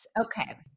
Okay